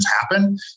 happen